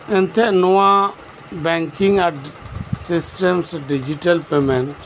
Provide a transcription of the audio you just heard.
ᱮᱱᱛᱮᱫ ᱱᱚᱣᱟ banking system ᱥᱮ ᱰᱤᱡᱤᱴᱮᱞ ᱯᱮᱢᱮᱱᱴ